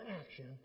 action